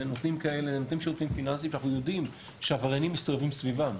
אלה נותני שירותים פיננסיים שאנחנו יודעים שהעבריינים מסתובבים סביבם,